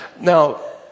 now